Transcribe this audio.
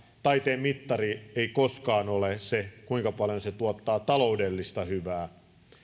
taiteen mittari ei koskaan ole se kuinka paljon se tuottaa taloudellista hyvää